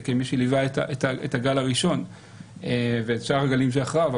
כמי שליווה את הגל הראשון ואת שאר הגלים שאחריו.